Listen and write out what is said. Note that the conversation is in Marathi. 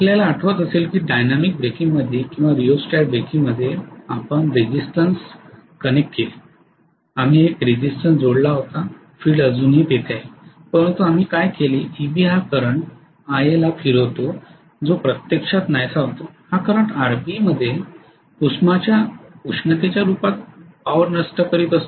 आपल्याला आठवत असेल की डायनॅमिक ब्रेकिंगमध्ये किंवा रियोस्टॅटिक ब्रेकिंगमध्ये आपण रिज़िस्टन्स कनेक्ट केले आम्ही एक रिज़िस्टन्स जोडला होता फील्ड अजूनही तेथे आहे परंतु आम्ही काय केले की Eb हा करंट Ia ला फिरवतो जो प्रत्यक्षात नाहीसे होतो हा करंट Rb मध्ये उष्माच्या रूपात पॉवर नष्ट करीत असतो